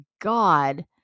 god